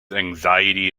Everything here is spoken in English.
anxiety